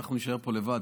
שאנחנו נישאר פה לבד.